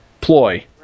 ploy